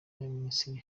y’abaminisitiri